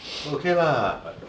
okay lah but